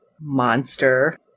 monster